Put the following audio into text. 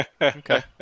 Okay